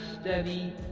steady